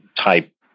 type